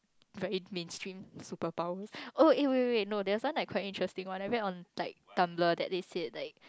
very mainstream superpower oh eh wait wait wait no there was one like quite interesting one I read on like Tumblr that they said like